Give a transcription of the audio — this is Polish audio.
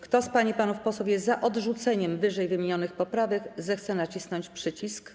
Kto z pań i panów posłów jest za odrzuceniem ww. poprawek, zechce nacisnąć przycisk.